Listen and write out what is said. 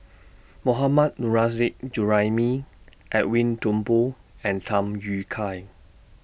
Mohammad Nurrasyid Juraimi Edwin Thumboo and Tham Yui Kai